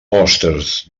hostes